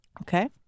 okay